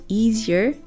easier